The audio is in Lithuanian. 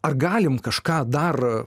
ar galim kažką dar